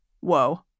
Whoa